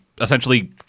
essentially